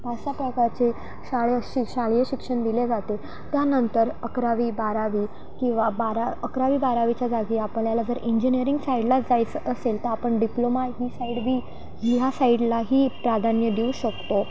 पाच सहा प्रकारचे शाळे शिक शालेय शिक्षण दिले जाते त्यानंतर अकरावी बारावी किंवा बारा अकरावी बारावीच्या जागी आपल्याला जर इंजिनिअरिंग साईडलाच जायचं असेल तर आपण डिप्लोमा ही साईड बी ह्या साईडलाही प्राधान्य देऊ शकतो